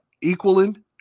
equaling